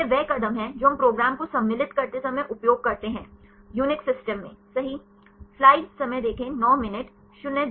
यह वह कदम है जो हम प्रोग्राम को सम्मलित करते समय उपयोग करते हैं UNIX सिस्टम में